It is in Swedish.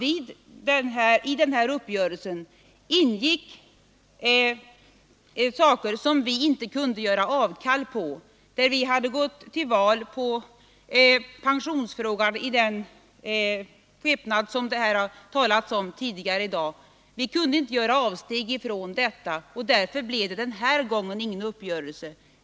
I uppgörelsen ingick kompromisser vi inte kunde medverka till. Vi hade gått till val på pensionsfrågan i den utformning som redogjorts för tidigare i dag. Vi kunde inte göra avkall på den punkten, och därför blev det den här gången ingen uppgörelse.